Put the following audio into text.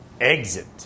exit